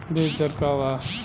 बीज दर का वा?